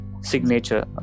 signature